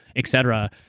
et cetera.